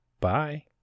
bye